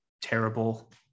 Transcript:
terrible